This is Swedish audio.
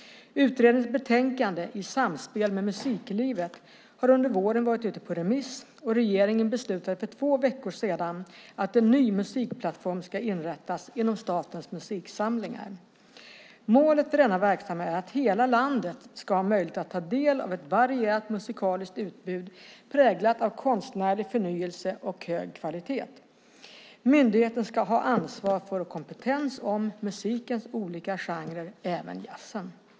Utredningens betänkande I samspel med musiklivet har under våren varit ute på remiss, och regeringen beslutade för två veckor sedan att en ny musikplattform ska inrättas inom Statens musiksamlingar. Målet för denna verksamhet är att hela landet ska ha möjlighet att ta del av ett varierat musikaliskt utbud präglat av konstnärlig förnyelse och hög kvalitet. Myndigheten ska ha ansvar för och kompetens om musikens olika genrer - även jazzen.